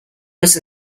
was